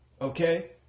okay